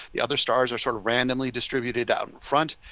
the other stars are sort of randomly distributed out and front.